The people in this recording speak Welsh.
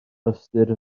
ystyr